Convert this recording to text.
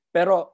Pero